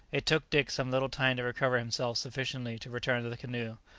it took dick some little time to recover himself sufficiently to return to the canoe.